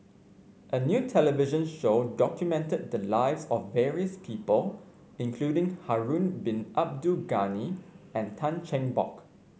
a new television show documented the lives of various people including Harun Bin Abdul Ghani and Tan Cheng Bock